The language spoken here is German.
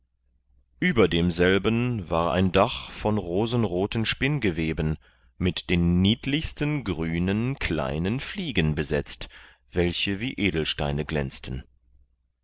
über demselben war ein dach von rosenroten spinngeweben mit den niedlichsten grünen kleinen fliegen besetzt welche wie edelsteine glänzten